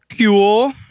Cool